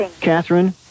Catherine